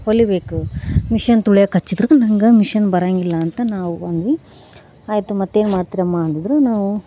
ಹೊಲಿಬೇಕು machine ತುಳಿಯೋಕೆ ಹಚ್ಚಿದ್ರು ನಂಗೆ ಮಿಷನ್ ಬರಂಗಿಲ್ಲ ಅಂತ ನಾವು ಬಂದ್ವಿ ಆಯಿತು ಮತ್ತೇನು ಮಾಡ್ತೀರಮ್ಮ ಅಂದಿದ್ರು ನಾವು